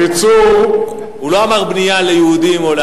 בקיצור, הוא לא אמר בנייה ליהודים או לערבים.